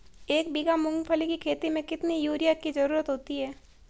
एक बीघा मूंगफली की खेती में कितनी यूरिया की ज़रुरत होती है?